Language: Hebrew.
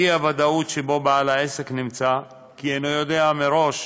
האי-ודאות שבה בעל העסק נמצא, כי אינו יודע מראש